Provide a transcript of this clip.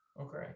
okay